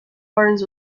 learns